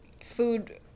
food